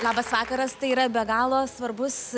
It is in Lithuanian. labas vakaras tai yra be galo svarbus